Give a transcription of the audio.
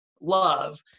love